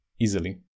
easily